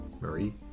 Marie